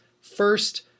first